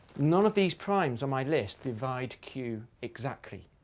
none of these primes on my list divide q exactly.